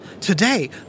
today